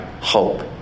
hope